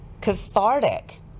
cathartic